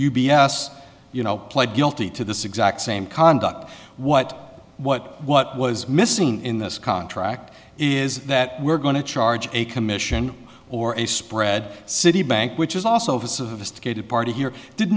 s you know pled guilty to this exact same conduct what what what was missing in this contract is that we're going to charge a commission or a spread citibank which is also sophisticated party here did